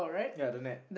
ya don't have